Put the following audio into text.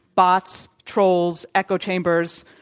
bots, trolls, echo chambers,